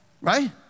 right